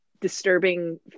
disturbing